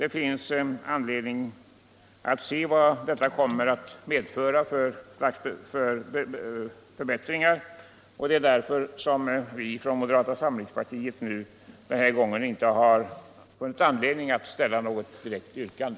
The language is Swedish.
Det finns anledning att se vad detta kommer att medföra för för bättringar, och därför har vi från moderata samlingspartiet den här gången inte funnit skäl att framställa något direkt yrkande.